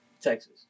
Texas